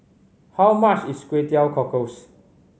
how much is Kway Teow Cockles